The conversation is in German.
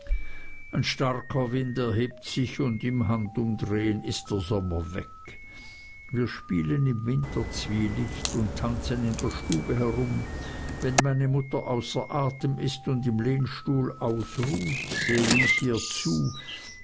ein starker wind erhebt sich und im handumdrehen ist der sommer weg wir spielen im winterzwielicht und tanzen in der stube herum wenn meine mutter außer atem ist und im lehnstuhl ausruht sehe ich ihr zu